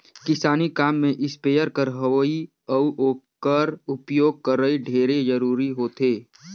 किसानी काम में इस्पेयर कर होवई अउ ओकर उपियोग करई ढेरे जरूरी होथे